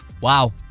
Wow